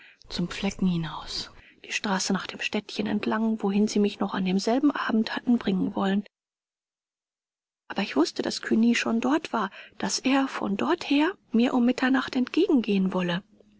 zum flecken hinaus die straße nach dem städtchen entlang wohin sie mich noch an demselben abend hatten bringen wollen aber ich wußte daß cugny schon dort war daß er von dort her mir um mitternacht entgegen gehen wolle